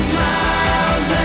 miles